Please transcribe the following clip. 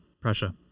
Prussia